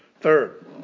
Third